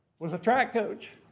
was a track coach!